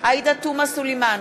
עאידה תומא סלימאן,